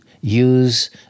use